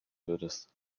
würdest